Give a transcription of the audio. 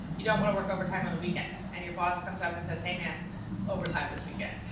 you don't want to work overtime on the weekend and your boss comes up and says hey man overtime this weekend,